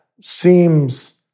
seems